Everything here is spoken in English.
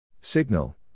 Signal